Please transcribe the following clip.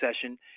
session